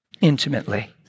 intimately